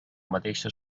mateixa